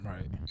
Right